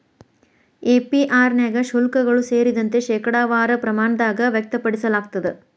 APR ನ್ಯಾಗ ಶುಲ್ಕಗಳು ಸೇರಿದಂತೆ, ಶೇಕಡಾವಾರ ಪ್ರಮಾಣದಾಗ್ ವ್ಯಕ್ತಪಡಿಸಲಾಗ್ತದ